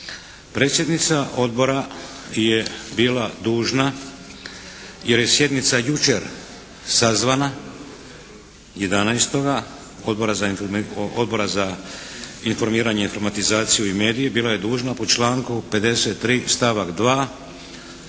Predsjednica Odbora je bila dužna jer je sjednica jučer sazvana 11. Odbora za informiranje, informatizaciju i medije, bila je dužna po članku 53. stavak 2.,